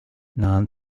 non